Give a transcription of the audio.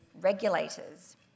regulators